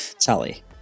tally